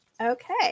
okay